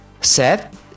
Set